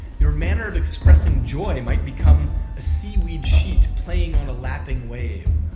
your manner of expressing joy might become a seaweed sheet playing on a lapping wave,